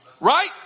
right